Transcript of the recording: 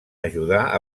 ajudar